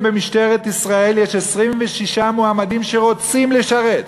במשטרת ישראל יש 26 מועמדים שרוצים לשרת,